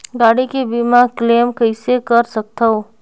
गाड़ी के बीमा क्लेम कइसे कर सकथव?